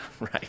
right